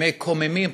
מקוממים,